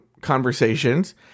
conversations